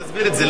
תסביר את זה.